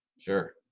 sure